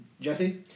Jesse